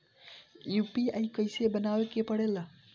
UPI कइसे बनावे के परेला?